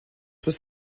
was